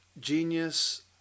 genius